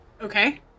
Okay